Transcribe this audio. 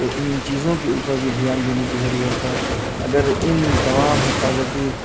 تو ان چیزوں کے اوپر بھی دھیان دینے کی ضرورت ہے اگر ان تمام حفاظتی